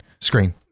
Screen